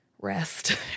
Rest